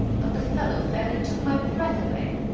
but the fellow fairly took my breath away.